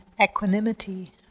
equanimity